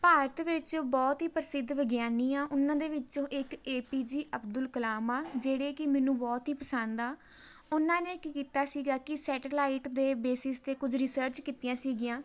ਭਾਰਤ ਵਿੱਚ ਬਹੁਤ ਹੀ ਪ੍ਰਸਿੱਧ ਵਿਗਿਆਨੀ ਆ ਉਹਨਾਂ ਦੇ ਵਿੱਚੋਂ ਇੱਕ A P J Abdul Kalam ਆ ਜਿਹੜੇ ਕਿ ਮੈਨੂੰ ਬਹੁਤ ਹੀ ਪਸੰਦ ਆ ਉਹਨਾਂ ਨੇ ਕੀ ਕੀਤਾ ਸੀਗਾ ਕਿ ਸੈਟੀਲਾਈਟ ਦੇ ਬੇਸਿਸ 'ਤੇ ਕੁਝ ਰਿਸਰਚ ਕੀਤੀਆਂ ਸੀਗੀਆਂ